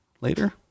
later